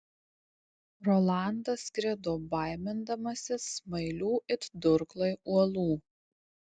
rolandas skrido baimindamasis smailių it durklai uolų